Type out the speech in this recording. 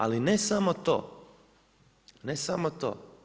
Ali ne samo to, ne samo to.